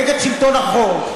נגד שלטון החוק,